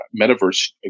metaverse